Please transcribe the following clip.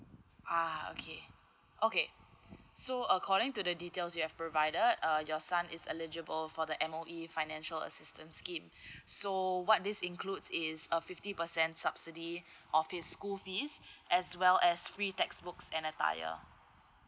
ah okay okay so according to the details you have provided uh your son is eligible for the M_O_E financial assistance scheme so what this includes is a fifty percent subsidy of his school fees as well as free textbooks and attire